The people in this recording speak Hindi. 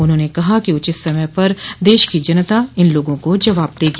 उन्होंने कहा कि उचित समय पर देश की जनता इन लोगों को जवाब देगी